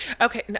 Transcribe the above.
Okay